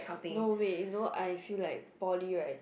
no way no I feel like poly right